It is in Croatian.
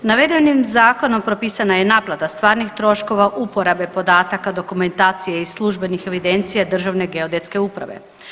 Navedenim zakonom propisana ja naplata stvarnih troškova uporabe podataka, dokumentacije i službenih evidencija Državne geodetske uprave.